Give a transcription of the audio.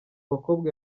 bakobwa